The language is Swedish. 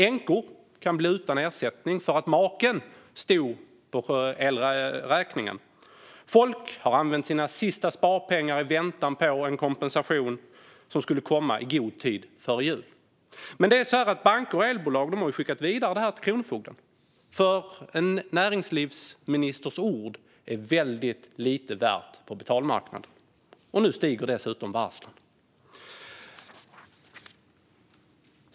Änkor kan bli utan ersättning för att maken stod på elräkningen. Folk har använt sina sista sparpengar i väntan på en kompensation som skulle komma i god tid före jul. Men banker och elbolag har skickat detta vidare till kronofogden, för en näringsministers ord är väldigt lite värt på betalmarknaden. Nu ökar dessutom varslen.